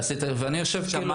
ואני יושב שם.